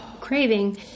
craving